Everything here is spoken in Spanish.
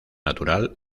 natural